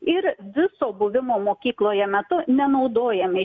ir viso buvimo mokykloje metu nenaudojami